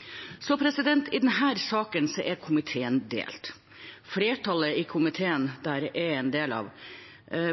så mye forskjellig, uten at jeg skal gå nærmere inn på det. I denne saken er komiteen delt. Flertallet i komiteen, som jeg er en del av,